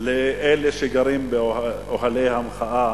לאלה שגרים באוהלי המחאה,